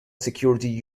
security